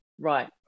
right